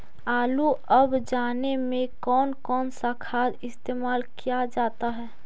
आलू अब जाने में कौन कौन सा खाद इस्तेमाल क्या जाता है?